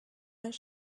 their